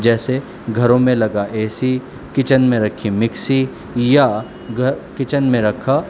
جیسے گھروں میں لگا اے سی کچن میں رکھی مکسی یا کچن میں رکھا